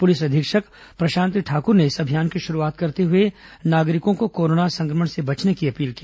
police अधीक्षक प्रशांत ठाकुर ने इस अभियान की शुरूआत करते हुए नागरिकों को कोरोना संक्रमण से बचने की अपील की